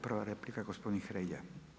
Prva replika gospodin Hrelja.